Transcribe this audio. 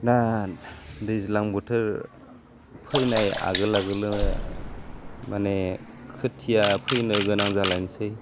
दान दैज्लां बोथोर फैनाय आगोल आगोलनो माने खोथिया फोनो गोनां जालायनोसै